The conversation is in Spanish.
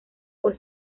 por